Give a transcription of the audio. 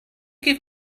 give